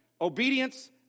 obedience